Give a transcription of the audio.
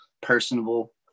personable